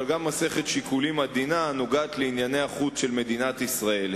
אבל גם מסכת שיקולים עדינה הנוגעת לענייני החוץ של מדינת ישראל,